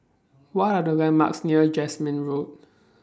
What Are The landmarks near Jasmine Road